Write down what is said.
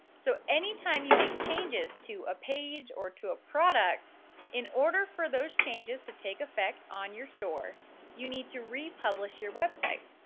so anytime you make changes to a page or to a product in order for those changes to take effect on your store you need to republish your website.